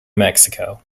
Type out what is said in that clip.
mexico